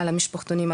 על המשפחתונים,